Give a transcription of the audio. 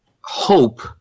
hope